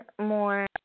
more